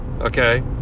Okay